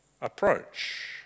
approach